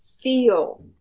feel